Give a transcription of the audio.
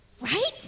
Right